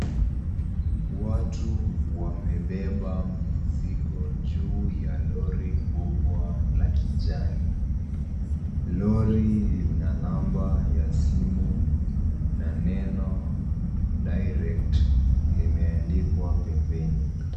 Watu wamebeba mizigo juu ya Lori kubwa la kijani. Lori lina namba ya simu na neno (cs)direct(cs) limeandikwa pembeni.